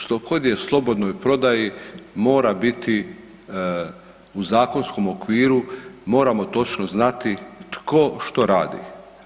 Što god je u slobodnoj prodaji, mora biti u zakonskom okviru, moramo točno znati tko što radi.